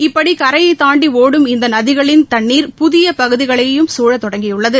இப்படி கரையை தாண்டி ஒடும் இந்த நதிகளின் தண்ணீர் புதிய பகுதிகளையும் சூழத் தொடங்கியுள்ளது